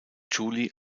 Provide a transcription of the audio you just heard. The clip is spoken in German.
julie